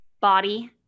body